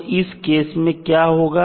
तो इस केस में क्या होगा